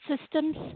systems